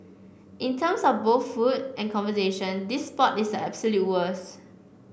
in terms of both food and conversation this spot is the absolute worst